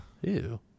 Ew